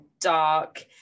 dark